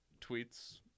tweets